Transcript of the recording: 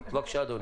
בבקשה אדוני.